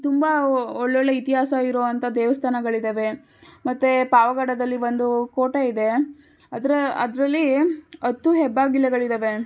ತುಂಬ ಒಳ್ಳೊಳ್ಳೆಯ ಇತಿಹಾಸ ಇರುವಂಥ ದೇವಸ್ಥಾನಗಳಿದವೆ ಮತ್ತು ಪಾವಗಡದಲ್ಲಿ ಒಂದು ಕೋಟೆ ಇದೆ ಅದರ ಅದರಲ್ಲಿ ಹತ್ತು ಹೆಬ್ಬಾಗಿಲುಗಳಿದವೆ